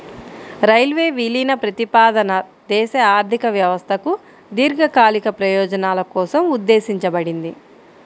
railway విలీన ప్రతిపాదన దేశ ఆర్థిక వ్యవస్థకు దీర్ఘకాలిక ప్రయోజనాల కోసం ఉద్దేశించబడింది